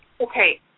Okay